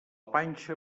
panxa